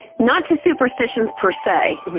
not to superstitions per say,